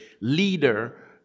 leader